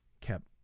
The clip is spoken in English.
kept